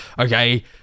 okay